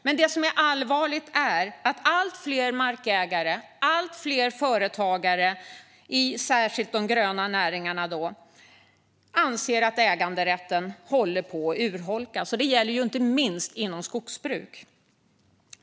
Men det som är allvarligt är att allt fler markägare och företagare, särskilt inom de gröna näringarna, anser att äganderätten håller på att urholkas. Det gäller inte minst inom skogsbruket.